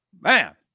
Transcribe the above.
man